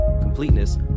completeness